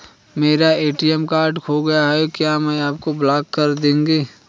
मेरा ATM card खो गया है क्या आप उसे ब्लॉक कर देंगे?